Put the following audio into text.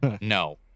No